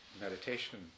meditation